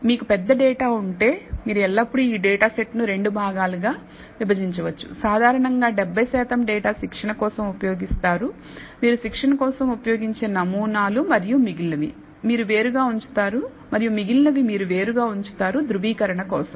మీకు పెద్ద data set ఉంటే మీరు ఎల్లప్పుడూ ఈ డేటా సెట్ ను 2 భాగాలుగా విభజించవచ్చు సాధారణంగా 70 శాతం డేటా శిక్షణ కోసం ఉపయోగిస్తారు మీరు శిక్షణ కోసం ఉపయోగించే నమూనాలు మరియు మిగిలినవి మీరు వేరుగా ఉంచుతారు ధ్రువీకరణ కోసం